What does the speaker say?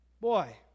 Boy